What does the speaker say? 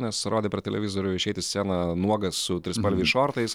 nes rodė per televizorių išeit į sceną nuogas su trispalviais šortais